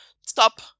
stop